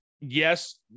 yes